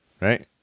right